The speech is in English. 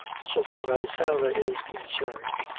so far as sarah is concerned,